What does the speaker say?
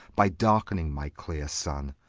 by darkning my cleere sunne.